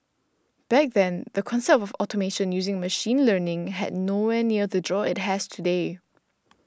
back then the concept of automation using machine learning had nowhere near the draw it has today